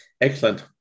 excellent